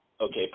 okay